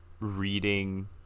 reading